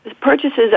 purchases